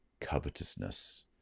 covetousness